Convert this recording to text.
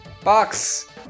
box